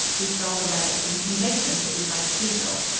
who stole the relics and conveyed them to ely cathedral.